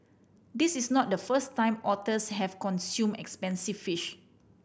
this is not the first time otters have consumed expensive fish